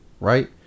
right